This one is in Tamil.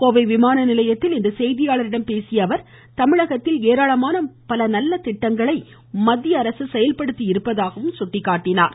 கோவை விமான நிலையத்தில் இன்று செய்தியாளர்களிடம் பேசிய அவர் தமிழகத்தில் நல்ல திட்டங்கள் மத்திய அரசின் சார்பில் செயல்படுத்தியிருப்பதாக சுட்டிக்காட்டினார்